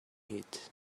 heat